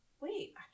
Wait